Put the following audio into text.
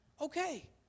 Okay